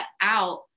out